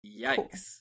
Yikes